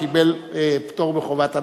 קיבל פטור מחובת הנחה?